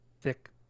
thick